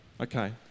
Okay